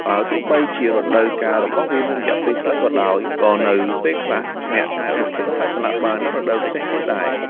បើទោះបីជារដូវកាលរបស់វាមានរយៈពេលខ្លីក៏ដោយ ក៏នៅពេលខ្លះអ្នកអាចរកទិញផ្លែសាឡាក់បាននៅរដូវផ្សេងទៀតដែរ។